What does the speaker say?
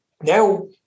now